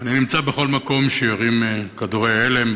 אני נמצא בכל מקום שיורים כדורי הלם,